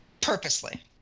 Purposely